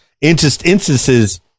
instances